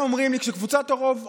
כשקבוצת הרוב אומרת: